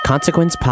Consequence